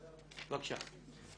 בבקשה.